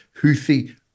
Houthi